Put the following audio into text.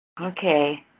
Okay